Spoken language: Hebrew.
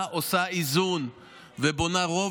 ברור,